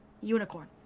Unicorn